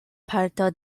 parto